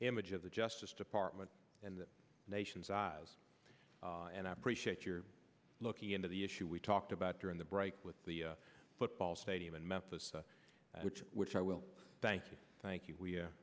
image of the justice department and the nation's eyes and i appreciate your looking into the issue we talked about during the break with the football stadium in memphis which which i will thank you thank you